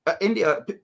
India